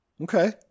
Okay